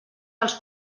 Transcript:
als